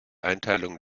einteilung